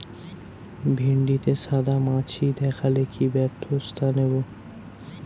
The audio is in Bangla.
ভিন্ডিতে সাদা মাছি দেখালে কি ব্যবস্থা নেবো?